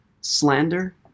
slander